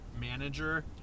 manager